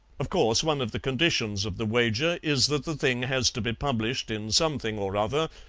of course, one of the conditions of the wager is that the thing has to be published in something or other,